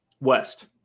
West